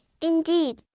indeed